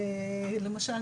למשל,